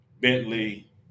bentley